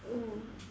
oh